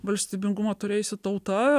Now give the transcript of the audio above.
valstybingumo turėjusi tauta